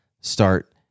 start